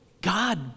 God